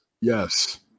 Yes